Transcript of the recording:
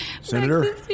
Senator